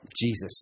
Jesus